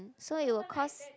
so it will cause